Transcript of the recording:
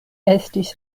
estis